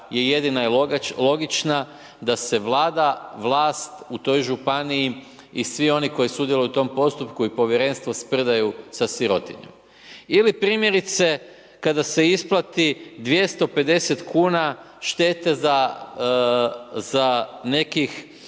jedina i logična da se vlada, vlast u toj županiji i svi oni koji sudjeluju u tom postupku i povjerenstvu sprdaju sa sirotinjom. Ili primjerice kada se isplati 250 kuna štete za nekih